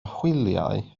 hwyliau